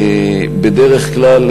בדרך כלל,